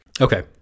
Okay